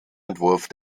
entwurf